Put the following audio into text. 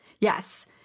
Yes